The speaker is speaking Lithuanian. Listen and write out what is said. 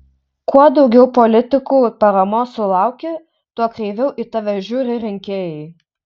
kuo daugiau politikų paramos sulauki tuo kreiviau į tave žiūri rinkėjai